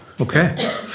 Okay